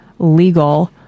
legal